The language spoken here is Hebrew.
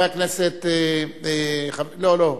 לא, לא.